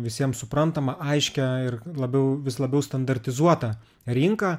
visiems suprantamą aiškią ir labiau vis labiau standartizuotą rinką